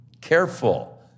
Careful